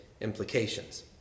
implications